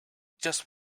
just